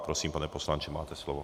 Prosím, pane poslanče, máte slovo.